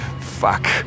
fuck